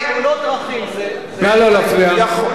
תאונות דרכים זה, נא לא להפריע.